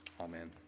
Amen